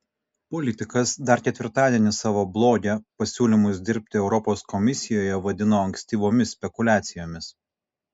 politikas dar ketvirtadienį savo bloge pasiūlymus dirbti europos komisijoje vadino ankstyvomis spekuliacijomis